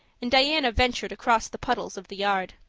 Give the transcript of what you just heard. and diana ventured across the puddles of the yard.